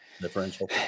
differential